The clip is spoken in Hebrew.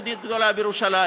יהודית גדולה בירושלים,